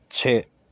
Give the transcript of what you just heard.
چھ